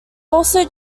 also